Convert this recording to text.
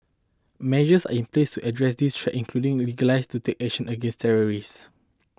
measures are in place address this threat including legalize to take action against terrorists